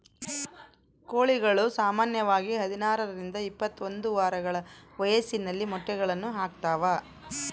ಕೋಳಿಗಳು ಸಾಮಾನ್ಯವಾಗಿ ಹದಿನಾರರಿಂದ ಇಪ್ಪತ್ತೊಂದು ವಾರಗಳ ವಯಸ್ಸಿನಲ್ಲಿ ಮೊಟ್ಟೆಗಳನ್ನು ಹಾಕ್ತಾವ